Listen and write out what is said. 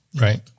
Right